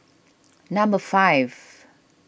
number five